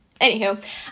Anywho